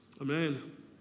Amen